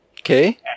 Okay